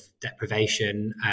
deprivation